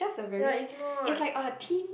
ya is not